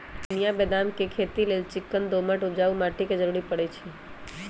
चिनियाँ बेदाम के खेती लेल चिक्कन दोमट उपजाऊ माटी के जरूरी पड़इ छइ